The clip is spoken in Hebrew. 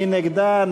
מי נגדה?